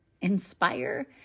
inspire